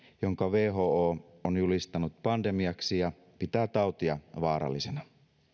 jonka who on julistanut pandemiaksi ja se pitää tautia vaarallisena